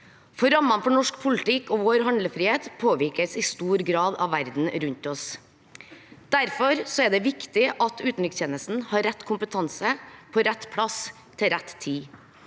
for rammene for norsk politikk og vår handlefrihet påvirkes i stor grad av verden rundt oss. Derfor er det viktig at utenrikstjenesten har rett kompetanse på rett plass til rett tid,